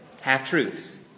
Half-truths